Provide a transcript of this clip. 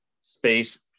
space